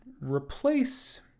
replace